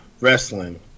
wrestling